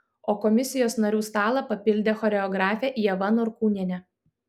o komisijos narių stalą papildė choreografė ieva norkūnienė